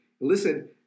Listen